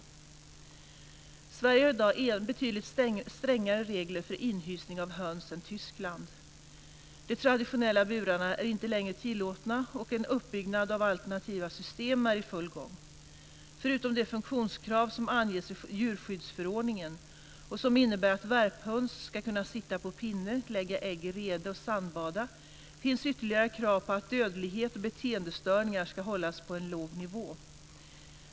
Sverige har i dag betydligt strängare regler för inhysning av höns än Tyskland. De traditionella burarna är inte längre tillåtna, och en uppbyggnad av alternativa system är i full gång. Förutom de funktionskrav som anges i djurskyddsförordningen och som innebär att värphöns ska kunna sitta på pinne, lägga ägg i rede och sandbada, finns ytterligare krav på att dödlighet och beteendestörningar ska hållas på en låg nivå.